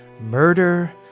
murder